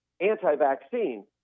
anti-vaccine